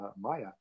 maya